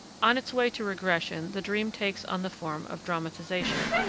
on its way to regression the dream takes on the form of dramatization.